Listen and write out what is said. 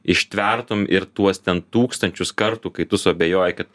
ištvertum ir tuos ten tūkstančius kartų kai tu suabejoji kad